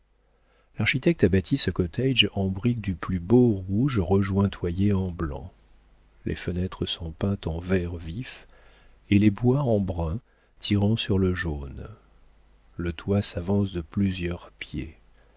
a bâti ce cottage de briques du plus beau rouge rejointoyées en blanc les fenêtres sont peintes en vert vif et les bois en brun tirant sur le jaune le toit s'avance de plusieurs pieds